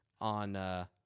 on